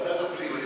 לא פנים.